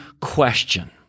question